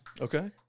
Okay